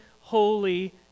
holy